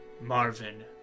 Marvin